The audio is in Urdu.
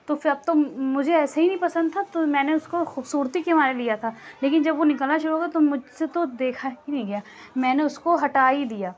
تو پھر اب تو مجھے ایسے ہی نہیں پسند تھا تو میں نے اُس کو خوبصورتی کے مارے لیا تھا لیکن جب وہ نکلنا شروع ہوگیا تو مجھ سے تو دیکھا ہی نہیں گیا میں نے اُس کو ہٹا ہی دیا